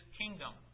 kingdom